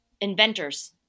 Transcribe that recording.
Inventors